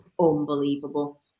unbelievable